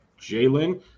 Jalen